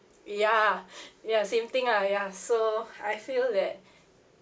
ya ya same thing lah ya so I feel that